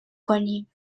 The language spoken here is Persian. کنیم